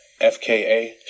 FKA